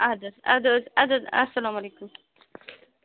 اَدٕ حظ اَدٕ حظ اَدٕ حظ اَسلامُ علیکُم